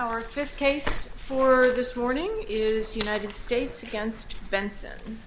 right our fifth case for this morning is united states against benson